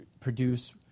produce